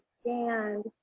stand